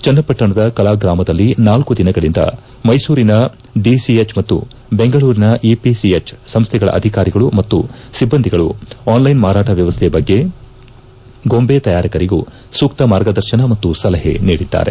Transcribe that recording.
ಚನ್ನಪಟ್ಷಣದ ಕಲಾ ಗ್ರಾಮದಲ್ಲಿ ನಾಲ್ಕು ದಿನಗಳಿಂದ ಮೈಸೂರಿನ ಡಿಸಿಎಚ್ ಮತ್ತು ದೆಂಗಳೂರಿನ ಇಪಿಸಿಎಚ್ ಸಂಸ್ಥೆಗಳ ಅಧಿಕಾರಿಗಳು ಮತ್ತು ಸಿಬ್ಬಂದಿಗಳು ಆನ್ ಲೈನ್ ಮಾರಾಟ ವ್ಯವಸ್ಥೆಯ ಬಗ್ಗೆ ಗೊಂಬೆ ತಯಾರಕರಿಗೂ ಸೂಕ್ತ ಮಾರ್ಗದರ್ಶನ ಮತ್ತು ಸಲಹೆ ನೀಡಿದ್ದಾರೆ